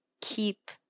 keep